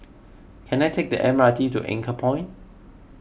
can I take the M R T to Anchorpoint